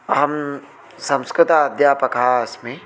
अहं संस्कृतध्यापकः अस्मि